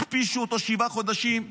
הכפישו אותו שבעה חודשים.